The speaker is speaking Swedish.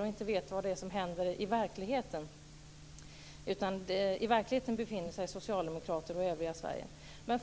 och inte vet vad som händer i verkligheten, där socialdemokrater och övriga Sverige befinner sig.